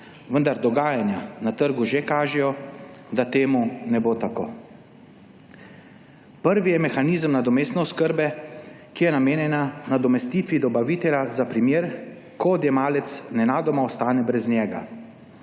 vendar dogajanja na trgu že kažejo, da temu ne bo tako. Prvi je mehanizem nadomestne oskrbe, ki je namenjena nadomestitvi dobavitelja za primer, ko odjemalec nenadoma ostane brez njega.